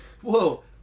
Whoa